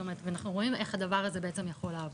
זאת אומרת אנחנו רואים איך הדבר הזה בעצם יכול לעבוד.